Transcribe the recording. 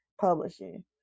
publishing